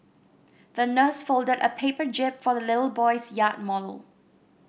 the nurse folded a paper jib for the little boy's yacht model